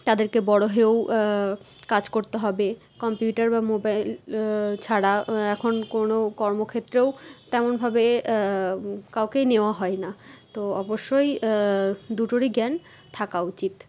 তাদেরকে বড়ো হয়েও কাজ করতে হবে কম্পিউটার বা মোবাইল ছাড়া এখন কোনো কর্মক্ষেত্রেও তেমনভাবে কাউকেই নেওয়া হয় না তো অবশ্যই দুটোরই জ্ঞান থাকা উচিত